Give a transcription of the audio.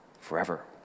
forever